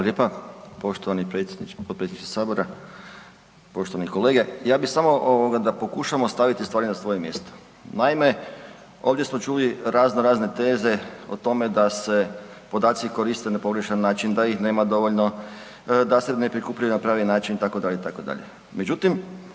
potpredsjedniče sabora, poštovani kolege. Ja bi samo ovoga da pokušamo staviti stvari na svoje mjesto. Naime, ovdje smo čuli razno razne teze o tome da se podaci koriste na pogrešan način da ih nema dovoljno, da se ne prikupljaju na pravi način itd.,